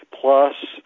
plus